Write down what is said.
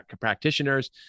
practitioners